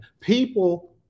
people